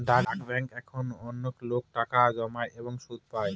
ডাক ব্যাঙ্কে এখন অনেকলোক টাকা জমায় এবং সুদ পাই